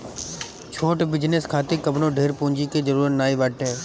छोट बिजनेस खातिर कवनो ढेर पूंजी के जरुरत नाइ बाटे